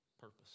purpose